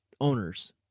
owners